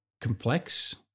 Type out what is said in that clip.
complex